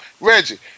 Reggie